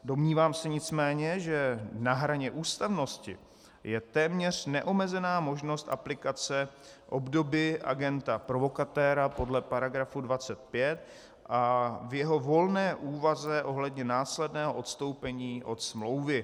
Domnívám se nicméně, že na hraně ústavnosti je téměř neomezená možnost aplikace obdoby agenta provokatéra podle § 25 a v jeho volné úvaze ohledně následného odstoupení od smlouvy.